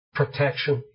protection